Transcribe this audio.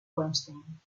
weinstein